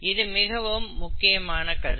இது மிகவும் முக்கியமான கருத்து